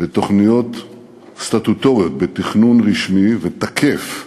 בתוכניות סטטוטוריות, בתכנון רשמי ותקף,